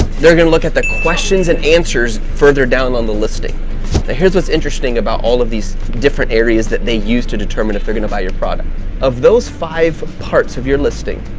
they're gonna look at the questions and answers further down on the listing. now here's what's interesting about all of these different areas that they use to determine if they're gonna buy your product of those five parts of your listing.